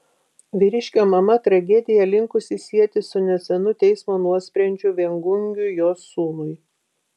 vyriškio mama tragediją linkusi sieti su nesenu teismo nuosprendžiu viengungiui jos sūnui